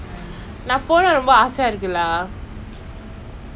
no leh I don't know sea aquarium no lah I don't think so